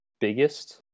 biggest